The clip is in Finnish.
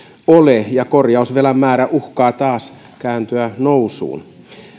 ole ja korjausvelan määrä uhkaa taas kääntyä nousuun